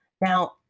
Now